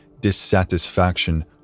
dissatisfaction